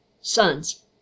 sons